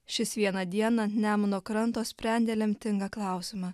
šis vieną dieną ant nemuno kranto sprendė lemtingą klausimą